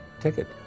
ticket